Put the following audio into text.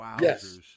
yes